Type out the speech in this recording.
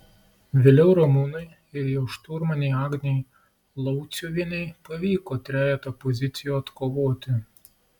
vėliau ramūnui ir jo šturmanei agnei lauciuvienei pavyko trejetą pozicijų atkovoti